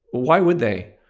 why would they?